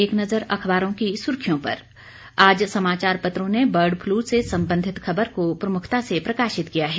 एक नजर अखबारों की सुर्खियों पर आज समाचार पत्रों ने बर्ड फ्लू से संबंधित खबर को प्रमुखता से प्रकाशित किया है